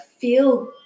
feel